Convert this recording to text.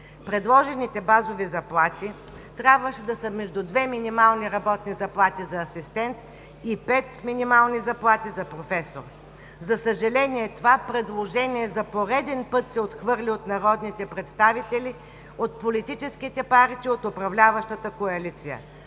Предложените базови заплати трябваше да са между две минимални работни заплати за асистент и пет минимални заплати –за професор. За съжаление, това предложение за пореден път се отхвърля от народните представители от политическите партии от управляващата коалиция,